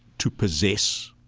to possess.